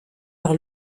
par